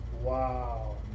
Wow